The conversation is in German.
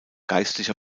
geistlicher